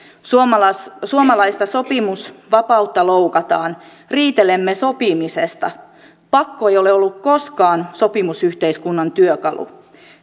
suomalaista suomalaista sopimusvapautta loukataan riitelemme sopimisesta pakko ei ole ollut koskaan sopimusyhteiskunnan työkalu